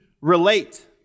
relate